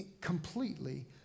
completely